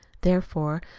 therefore,